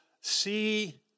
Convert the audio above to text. see